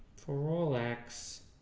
for all x,